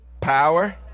power